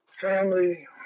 family